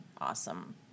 awesome